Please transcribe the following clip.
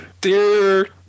dear